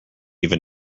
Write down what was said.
even